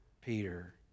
Peter